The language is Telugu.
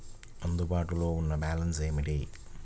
అందుబాటులో ఉన్న బ్యాలన్స్ ఏమిటీ?